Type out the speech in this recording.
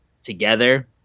together